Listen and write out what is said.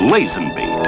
Lazenby